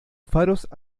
faros